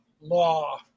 law